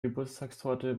geburtstagstorte